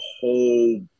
whole